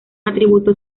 atributo